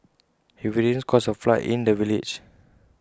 heavy rains caused A flood in the village